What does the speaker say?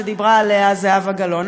שדיברה עליה זהבה גלאון.